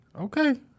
Okay